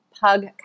pug